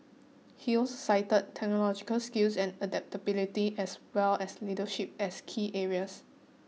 he also cited technological skills and adaptability as well as leadership as key areas